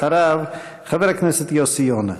אחריו, חבר הכנסת יוסי יונה.